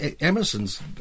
Emerson's